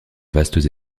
vastes